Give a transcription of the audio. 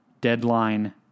deadline